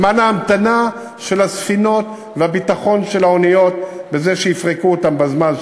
זה זמן ההמתנה של הספינות והביטחון של האוניות בזה שיפרקו אותן בזמן.